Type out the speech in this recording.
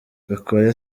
gakwaya